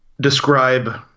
describe